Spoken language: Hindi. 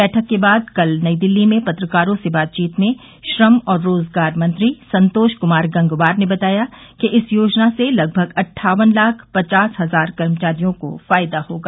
बैठक के बाद कल नई दिल्ली में पत्रकारों से बातचीत में श्रम और रोजगार मंत्री संतोष कुमार गंगवार ने बताया कि इस योजना से लगभग अट्ठावन लाख पचास हजार कर्मचारियों को फायदा होगा